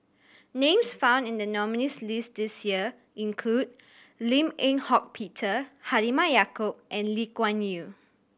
names found in the nominees' list this year include Lim Eng Hock Peter Halimah Yacob and Lee Kuan Yew